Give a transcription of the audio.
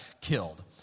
killed